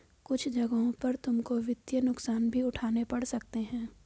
कुछ जगहों पर तुमको वित्तीय नुकसान भी उठाने पड़ सकते हैं